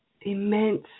immense